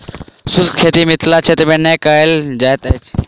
शुष्क खेती मिथिला क्षेत्र मे नै कयल जाइत अछि